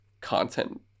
content